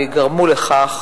וגרמו בכך,